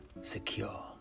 secure